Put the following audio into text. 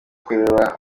kureba